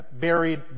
buried